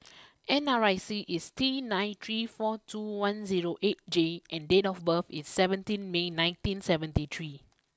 N R I C is T nine three four two one zero eight J and date of birth is seventeen May nineteen seventy three